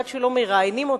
עד שלא מראיינים אותם,